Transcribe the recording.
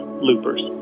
loopers